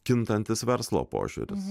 kintantis verslo požiūris